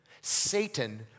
Satan